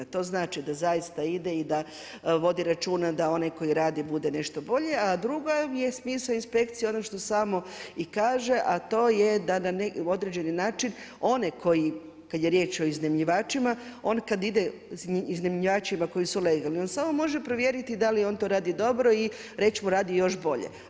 To znači da zaista ide i da vodi računa da onaj tko radi bude nešto bolje, a drugo je smisao inspekcije ono što i samo kaže, a to je da na određeni način one koji kada je riječ o iznajmljivačima on kad iznajmljivačima koji su legalni on samo može provjeriti da li on to radi dobro i reć mu radi još bolje.